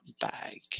bag